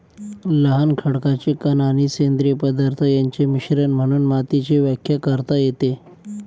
लहान खडकाचे कण आणि सेंद्रिय पदार्थ यांचे मिश्रण म्हणून मातीची व्याख्या करता येते